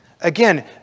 Again